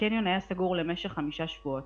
הקניון היה סגור למשך חמישה שבועות.